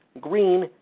Green